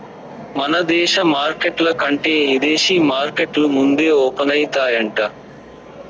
మన దేశ మార్కెట్ల కంటే ఇదేశీ మార్కెట్లు ముందే ఓపనయితాయంట